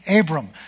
Abram